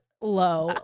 low